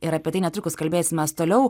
ir apie tai netrukus kalbėsimės toliau